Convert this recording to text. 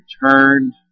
returned